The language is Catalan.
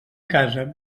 casa